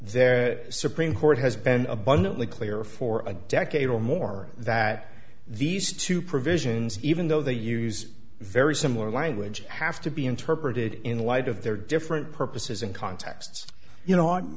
is there supreme court has been abundantly clear for a decade or more that these two provisions even though they use very similar language have to be interpreted in light of their different purposes in contexts you know